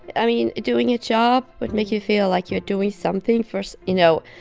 i mean, doing a job would make you feel like you're doing something for, so you know,